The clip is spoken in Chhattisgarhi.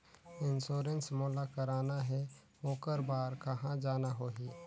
इंश्योरेंस मोला कराना हे ओकर बार कहा जाना होही?